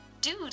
Dude